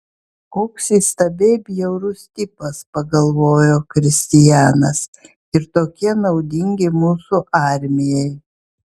koks įstabiai bjaurus tipas pagalvojo kristianas ir tokie naudingi mūsų armijai